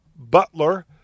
butler